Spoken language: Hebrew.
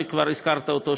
שכבר הזכרת אותו,